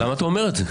למה אתה אומר את זה?